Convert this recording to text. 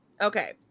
Okay